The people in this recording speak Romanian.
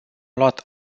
luat